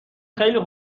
خیلی